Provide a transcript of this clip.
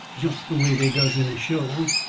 jest the way they does in a show,